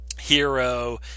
hero